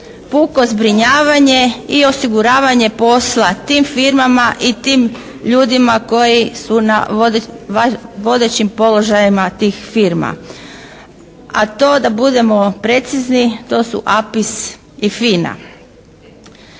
puko zbrinjavanje i osiguranje posla tim firmama i tim ljudima koji su na vodećim položajima tih firmi. A to da budemo precizni to su APIS i FINA.